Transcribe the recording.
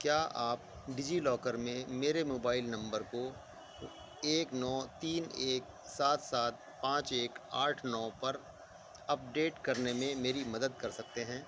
کیا آپ DigiLocker میں میرے موبائل نمبر کو ایک نو تین ایک سات سات پانچ ایک آٹھ نو پر اپ ڈیٹ کرنے میں میری مدد کر سکتے ہیں